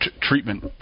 treatment